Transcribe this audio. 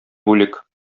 бүлек